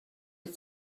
wyt